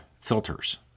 filters